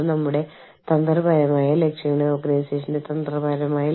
തൊഴിലിന്റെ നിബന്ധനകളും വ്യവസ്ഥകളും ഓരോ രാജ്യത്തും വ്യത്യസ്തമായിരിക്കും